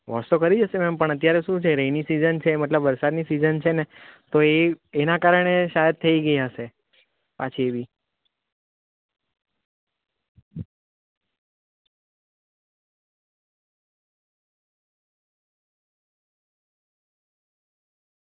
wash તો કરી જ હશે મેમ પણ અત્યારે શું છે રેઈની સિઝન છે મતલબ વરસાદની સિઝન છે ને તો એ એના કારણે શાયદ થઈ ગઈ હશે પાછી એવી